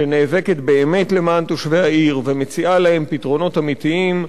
שנאבקת באמת למען תושבי העיר ומציעה להם פתרונות אמיתיים,